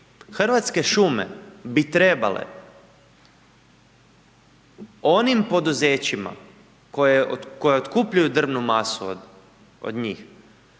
Hrvatske šume bi trebale onim poduzećima koja otkupljuju drvnu masu od njih